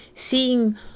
Seeing